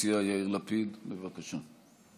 האופוזיציה יאיר לפיד, בבקשה.